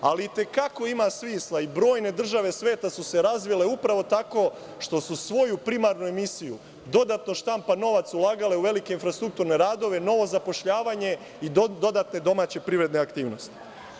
Ali i te kako ima smisla i brojne države sveta su se razvile upravo tako što su svoju primarnu emisiju, dodatno štampan novac, ulagale u velike infrastrukturne radove, novo zapošljavanje i dodatne domaće privredne aktivnosti.